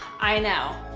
i know.